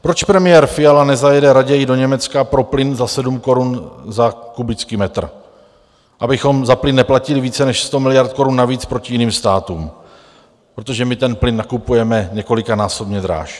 Proč premiér Fiala nezajede raději do Německa pro plyn za 7 korun za kubický metr, abychom za plyn neplatili více než 100 miliard korun navíc oproti jiným státům, protože my ten plyn nakupujeme několikanásobně dráž?